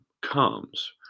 comes